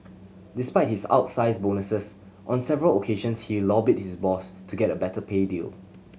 despite his outsize bonuses on several occasions he lobbied his boss to get a better pay deal